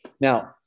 Now